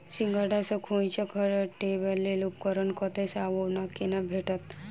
सिंघाड़ा सऽ खोइंचा हटेबाक लेल उपकरण कतह सऽ आ कोना भेटत?